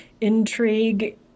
intrigue